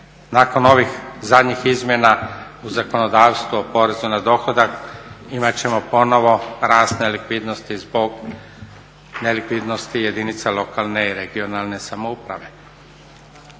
Nakon ovih zadnjih izmjena u zakonodavstvo, porezu na dohodak imat ćemo ponovo rast nelikvidnosti zbog nelikvidnosti jedinica lokalne i regionalne samouprave.